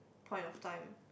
point of time